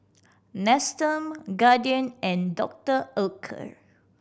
Nestum Guardian and Doctor Oetker